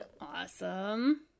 awesome